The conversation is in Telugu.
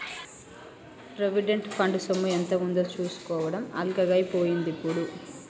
ప్రొవిడెంట్ ఫండ్ సొమ్ము ఎంత ఉందో చూసుకోవడం అల్కగై పోయిందిప్పుడు